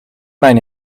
mijn